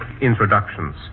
introductions